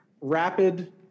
rapid